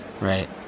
Right